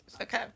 Okay